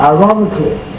Ironically